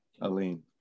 Aline